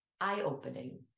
eye-opening